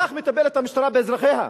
כך מטפלת המשטרה באזרחיה.